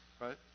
Right